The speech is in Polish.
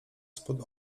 spod